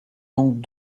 donc